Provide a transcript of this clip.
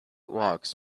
walks